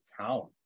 talent